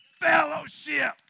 fellowship